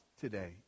today